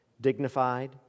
dignified